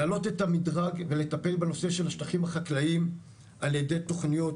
להעלות את המדרג ולטפל בנושא של השטחים החקלאים על ידי תוכניות,